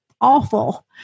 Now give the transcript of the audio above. awful